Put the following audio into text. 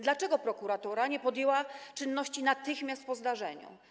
Dlaczego prokuratura nie podjęła czynności natychmiast po zdarzeniu?